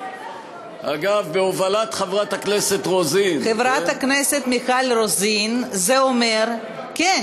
חברת הכנסת סתיו שפיר, זה אומר שאני